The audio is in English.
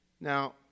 Now